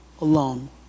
alone